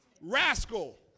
Rascal